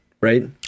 right